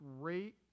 great